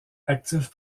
actif